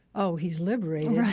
oh, he's liberated.